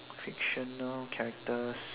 fictional characters